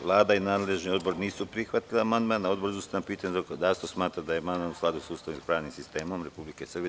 Vlada i nadležni odbor nisu prihvatili amandman, a Odbor za ustavna pitanja i zakonodavstvo smatra da je amandman u skladu sa Ustavom i pravnim sistemom Republike Srbije.